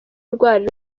rwari